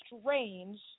strange